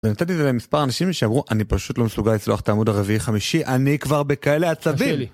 ונתתי זה למספר אנשים שאמרו, אני פשוט לא מסוגל לצלוח את העמוד הרביעי חמישי, אני כבר בכאלה עצבים!